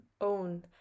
own